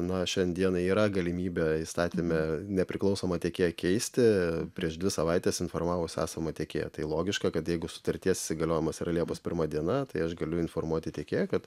na šiandien yra galimybė įstatyme nepriklausomą tiekėją keisti prieš dvi savaites informavus esamą tiekėją tai logiška kad jeigu sutarties įsigaliojimas yra liepos pirma diena tai aš galiu informuoti tiekėją kad